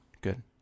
Good